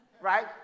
right